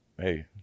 hey